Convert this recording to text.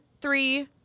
three